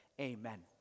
amen